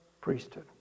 priesthood